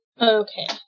Okay